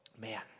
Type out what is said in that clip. Man